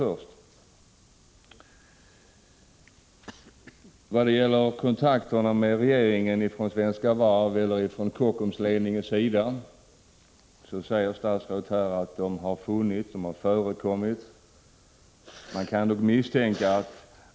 Industriministern säger att det har förekommit kontakter med regeringen från Kockumsledningens sida.